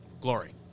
Glory